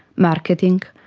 marketing,